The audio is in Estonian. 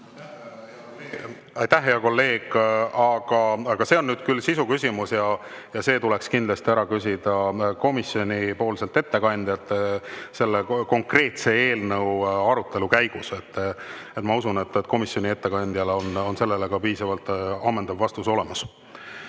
Aitäh, hea kolleeg! See on küll sisuküsimus ja seda tuleks kindlasti küsida komisjonipoolselt ettekandjalt konkreetse eelnõu arutelu käigus. Ma usun, et komisjoni ettekandjal on sellele ka piisavalt ammendav vastus olemas.